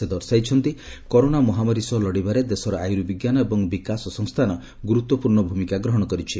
ସେ ଦର୍ଶାଇଛନ୍ତି କରୋନା ମହାମାରୀ ସହ ଲଡ଼ିବାରେ ଦେଶର ଆୟୁର୍ବିଙ୍କାନ ଏବଂ ବିକାଶ ସଂସ୍ଥାନ ଗୁରୁତ୍ୱପୂର୍ଣ୍ ଭୂମିକା ଗ୍ରହଶ କରିଛି